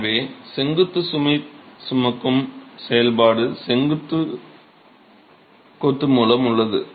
எனவே செங்குத்து சுமை சுமக்கும் செயல்பாடு செங்கல் கொத்து மூலம் உள்ளது